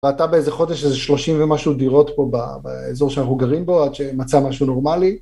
ואתה באיזה חודש איזה שלושים ומשהו דירות פה באזור שאנחנו גרים בו עד שמצא משהו נורמלי.